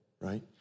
right